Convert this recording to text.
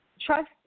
Trust